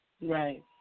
Right